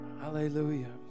Hallelujah